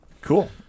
cool